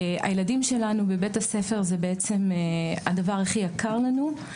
הילדים שלנו בבית הספר זה בעצם הדבר הכי יקר לנו.